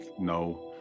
no